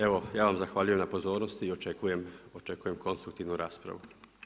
Evo ja vam zahvaljujem na pozornosti i očekujem konstruktivnu raspravu.